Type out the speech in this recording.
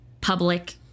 public